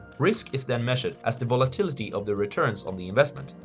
risk is then measured as the volatility of the returns on the investment,